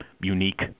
unique